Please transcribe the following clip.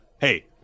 hey